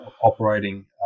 operating